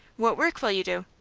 what work will you do?